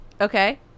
Okay